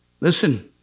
Listen